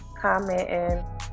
commenting